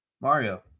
Mario